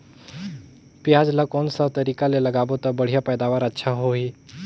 पियाज ला कोन सा तरीका ले लगाबो ता बढ़िया पैदावार अच्छा होही?